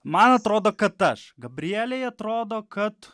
man atrodo kad aš gabrielei atrodo kad